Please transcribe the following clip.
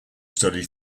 study